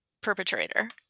perpetrator